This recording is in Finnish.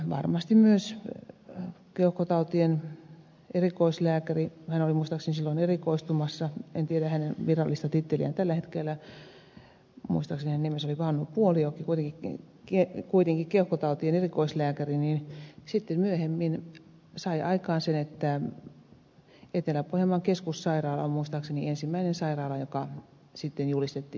varmasti myös keuhkotautien erikoislääkäri hän oli muistaakseni silloin erikoistumassa en tiedä hänen virallista titteliään tällä hetkellä muistaakseni hänen nimensä oli hannu puolijoki kuitenkin keuhkotautien erikoislääkäri sitten myöhemmin sai aikaan sen että etelä pohjanmaan keskussairaala oli muistaakseni ensimmäinen sairaala joka julistettiin savuttomaksi